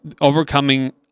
overcoming